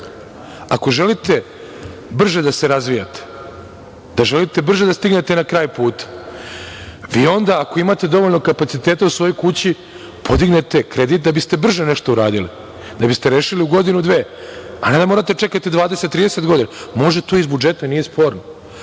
Ako želite brže da se razvijate, da brže stignete na kraj puta, vi onda, ako imate dovoljno kapaciteta u svojoj kući, podignete kredit da biste nešto brže uradili. Ako ste rešili u godinu, dve, ne morate čekati 20, 30 godina, može to iz budžeta, nije sporno,